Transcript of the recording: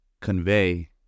convey